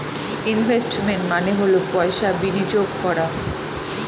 investment মানে হল পয়সা বিনিয়োগ করা